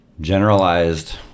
generalized